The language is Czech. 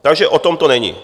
Takže o tom to není.